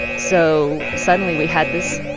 so suddenly, we had this,